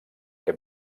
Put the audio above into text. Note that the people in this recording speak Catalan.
que